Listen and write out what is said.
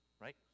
right